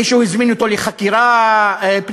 מישהו הזמין אותו לחקירה פנימית?